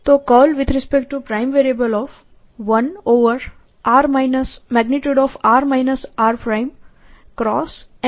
તો 1|r r|Mr 1|r r|Mr1|r r|×Mr છે